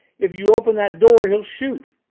if you open that door, he'll shoot.